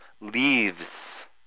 leaves